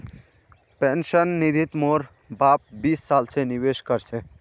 pension निधित मोर बाप बीस साल स निवेश कर छ